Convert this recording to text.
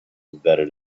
embedded